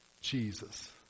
Jesus